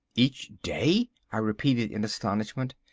each day? i repeated in astonishment.